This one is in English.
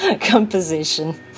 composition